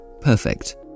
perfect